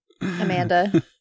Amanda